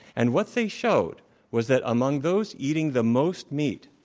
and what they showed was that among those eating the most meat,